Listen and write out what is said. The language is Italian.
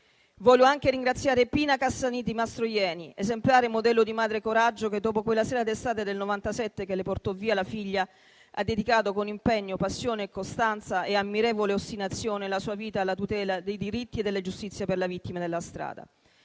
Vorrei anche ringraziare Pina Cassaniti Mastrojeni, esemplare modello di madre coraggio che, dopo quella sera d'estate del 1997 che le portò via la figlia, ha dedicato la sua vita, con impegno, passione, costanza e ammirevole ostinazione, alla tutela dei diritti e della giustizia per le vittime della strada.